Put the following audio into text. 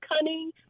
cunning